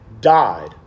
died